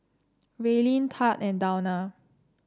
Raelynn Tad and Dawna